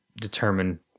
determine